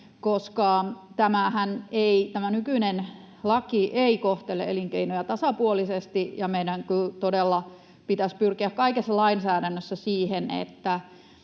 Tämä nykyinen lakihan ei kohtele elinkeinoja tasapuolisesti, ja meidän todella pitäisi pyrkiä kaikessa lainsäädännössä siihen,